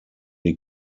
die